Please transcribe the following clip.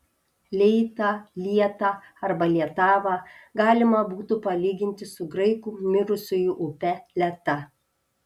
leitą lietą arba lietavą galima būtų palyginti su graikų mirusiųjų upe leta